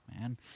man